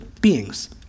beings